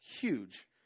huge